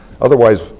Otherwise